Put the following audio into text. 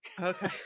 Okay